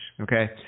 okay